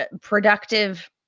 productive